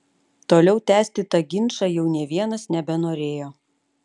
toliau tęsti tą ginčą jau nė vienas nebenorėjo